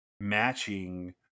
matching